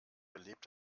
erlebt